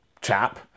chap